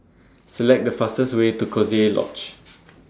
Select The fastest Way to Coziee Lodge